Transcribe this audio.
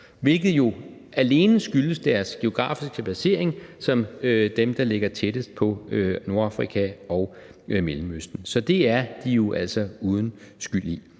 hvilket jo alene skyldes deres geografiske placering som dem, der ligger tættest på Nordafrika og Mellemøsten. Så det er de jo altså uden skyld i.